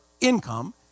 income